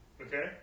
Okay